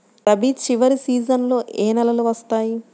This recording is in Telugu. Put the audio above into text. రబీ చివరి సీజన్లో ఏ నెలలు వస్తాయి?